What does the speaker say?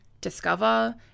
discover